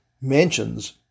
mentions